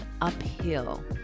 uphill